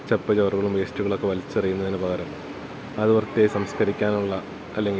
ചപ്പുചവറുകളും വേസ്റ്റുകളുമൊക്കെ വലിച്ചെറിയുന്നതിന് പകരം അത് വൃത്തിയായി സംസ്കരിക്കാനുള്ള അല്ലെങ്കില്